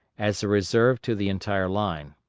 as a reserve to the entire line.